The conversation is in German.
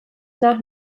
nach